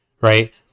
right